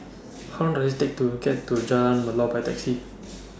How Long Does IT Take to get to Jalan Melor By Taxi